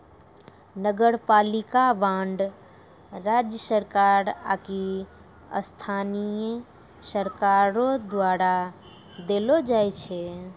नगरपालिका बांड राज्य सरकार आकि स्थानीय सरकारो द्वारा देलो जाय छै